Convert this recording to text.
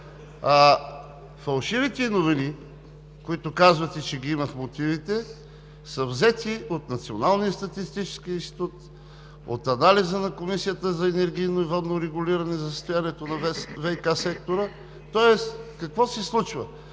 фалшивите новини, които казвате, че има в мотивите, са взети от Националния статистически институт, от анализа на Комисията за енергийно и водно регулиране за състоянието на ВиК сектора. Тоест, какво се случва?